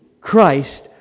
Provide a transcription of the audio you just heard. Christ